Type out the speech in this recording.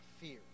fear